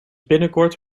binnenkort